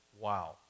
Wow